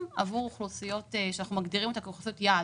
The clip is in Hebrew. עבור אוכלוסיות שאנחנו מגדירים אותן כאוכלוסיות יעד?